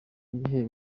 ibihe